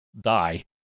die